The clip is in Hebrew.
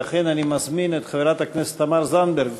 ואכן אני מזמין את חברת הכנסת תמר זנדברג.